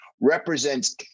represents